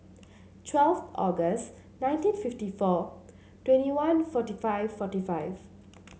twelve August nineteen fifty four twenty one forty five forty five